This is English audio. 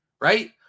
right